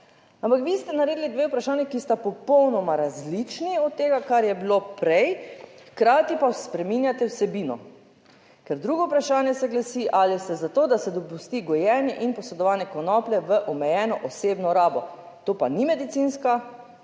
ampak vi ste naredili dve vprašanji, ki sta popolnoma različni od tega kar je bilo prej, hkrati pa spreminjate vsebino. Ker drugo vprašanje se glasi, ali ste za to, da se dopusti gojenje in posedovanje konoplje v omejeno osebno rabo, to pa ni medicinska, medicinska